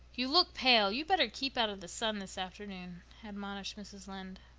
you look pale. you'd better keep out of the sun this afternoon, admonished mrs. lynde.